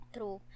True